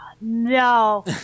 no